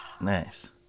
Nice